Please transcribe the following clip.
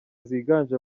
ziganje